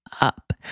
up